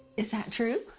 is that true?